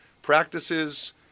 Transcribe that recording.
Practices